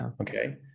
okay